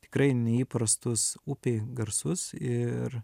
tikrai neįprastus upei garsus ir